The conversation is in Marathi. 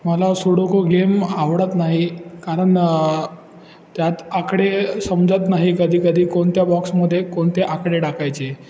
मला सुडोको गेम आवडत नाही कारण त्यात आकडे समजत नाही कधी कधी कोणत्या बॉक्समध्ये कोणते आकडे टाकायचे